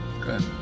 Good